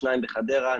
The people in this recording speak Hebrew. שתיים בחדרה,